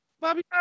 Bobby